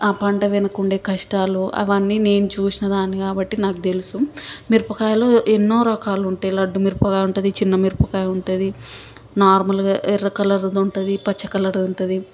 పంటవెనకుండే కష్టాలు అవన్నీ నేను చూసినదాన్ని కాబట్టి నాకు తెలుసు మిరపకాయలో ఎన్నో రకాలుంటాయి లడ్డు మిరపకాయ ఉంటుంది చిన్న మిరపకాయ ఉంటుంది నార్మల్గా ఎర్ర కలరుగా ఉంటుంది పచ్చి కలర్ ఉంటుంది